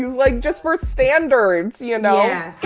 like just for standards, you know? yeah.